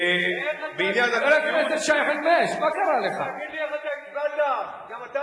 איך אתה הצבעת?